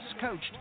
coached